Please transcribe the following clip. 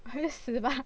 会死吧:hui siba